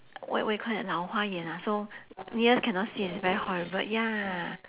what what you call that 老花眼：lao hua yan ah so near cannot see it's very horrible ya